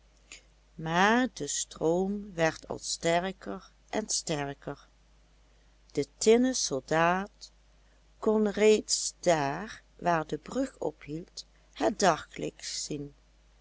maar de stroom werd al sterker en sterker de tinnen soldaat kon reeds daar waar de brug ophield het daglicht zien